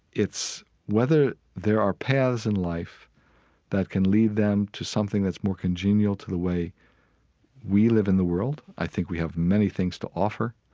it's whether there are paths in life that can lead them to something that's more congenial to the way we live in the world. i think we have many things to offer,